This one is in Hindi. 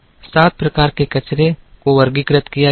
सात प्रकार के कचरे को वर्गीकृत किया गया था